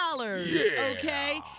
okay